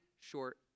short